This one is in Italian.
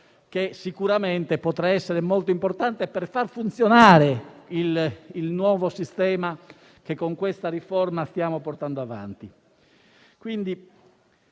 che sicuramente potrà essere molto importante per far funzionare il nuovo sistema che con questa riforma stiamo portando avanti.